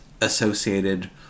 associated